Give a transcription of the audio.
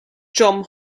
john